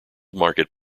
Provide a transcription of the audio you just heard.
market